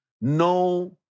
no